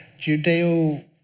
Judeo